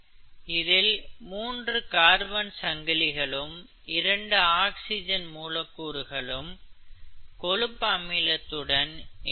இதில் மூன்று கார்பன் சங்கிலிகளும் இரண்டு ஆக்சிஜன் மூலக்கூறுகளும் கொழுப்பு அமிலத்துடன் இணைந்து இருக்கிறது